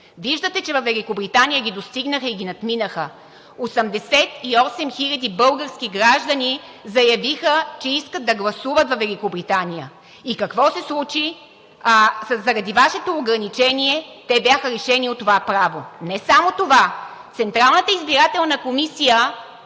Виждате, че във Великобритания ги достигнаха и ги надминаха. Осемдесет и осем хиляди български граждани заявиха, че искат да гласуват във Великобритания! Какво се случи? Заради Вашето ограничение те бяха лишени от това право. Не само това, Централната избирателна комисия